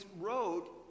wrote